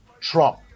Trump